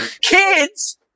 Kids